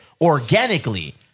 Organically